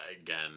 again